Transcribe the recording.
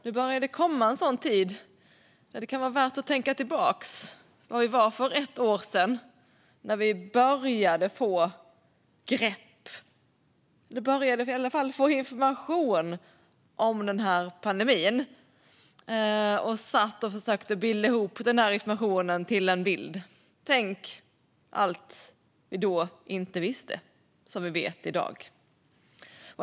Nu börjar det komma en sådan tid när det kan vara värt att tänka tillbaka på var vi var för ett år sedan när vi började få grepp, eller i varje fall få information, om pandemin. Vi satt och försökte få ihop ekvationen till en bild. Tänk allt vi då inte visste som vi vet i dag!